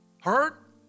Hurt